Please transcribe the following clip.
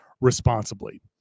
responsibly